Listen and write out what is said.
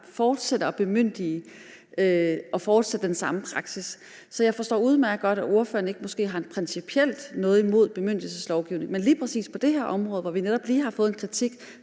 fortsætter med at bemyndige og fortsætter den samme praksis. Så jeg forstår udmærket godt, at ordføreren måske ikke principielt har noget imod bemyndigelseslovgivning, men lige præcis på det her område, hvor vi netop lige har fået en kritik,